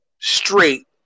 straight